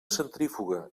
centrífuga